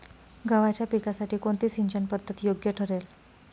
गव्हाच्या पिकासाठी कोणती सिंचन पद्धत योग्य ठरेल?